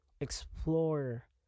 explore